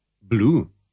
Blue